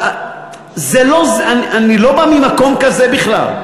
אני לא בא ממקום כזה בכלל.